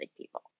people